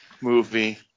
movie